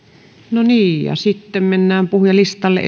no niin sitten mennään puhujalistalle